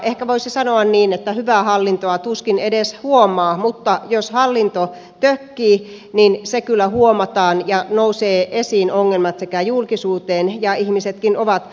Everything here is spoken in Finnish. ehkä voisi sanoa niin että hyvää hallintoa tuskin edes huomaa mutta jos hallinto tökkii se kyllä huomataan ja esiin nousevat ongelmat sekä julkisuuteen ja ihmisetkin ovat raivona